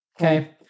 Okay